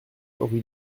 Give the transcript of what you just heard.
rue